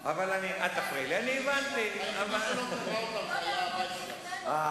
ההתיישבות ביהודה ושומרון לא יעמוד לפני נושא,